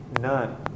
None